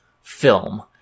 film